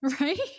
Right